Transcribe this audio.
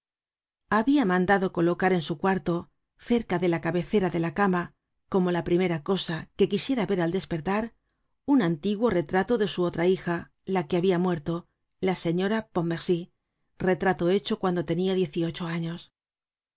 habia mandado colocar en su cuarto cerca de la cabecera de la cama como la primera cosa que quisiera ver al despertar un antiguo retrato de su otra hija la que habia muerto la señora pontmercy retrato hecho cuando tenia diez y ocho años